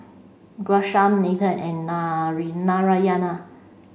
Ghanshyam Nathan and Narayana